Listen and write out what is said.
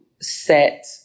set